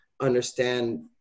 understand